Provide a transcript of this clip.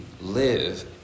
live